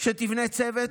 שתבנה צוות.